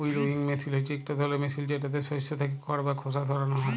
উইলউইং মেসিল হছে ইকট ধরলের মেসিল যেটতে শস্য থ্যাকে খড় বা খোসা সরানো হ্যয়